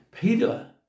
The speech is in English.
Peter